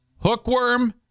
hookworm